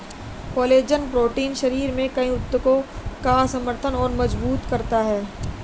collagen protein शरीर में कई ऊतकों का समर्थन और मजबूत करता है